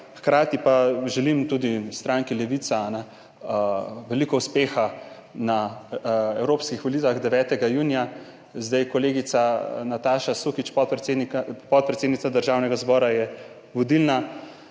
hkrati pa želim tudi stranki Levica veliko uspeha na evropskih volitvah 9. junija. Kolegica Nataša Sukič, podpredsednica Državnega zbora, je vodilna